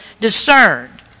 discerned